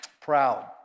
Proud